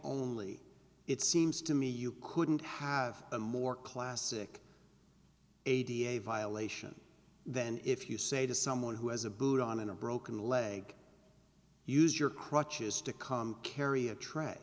only it seems to me you couldn't have a more classic ady a violation than if you say to someone who has a boot on a broken leg use your crutches to come carry a tr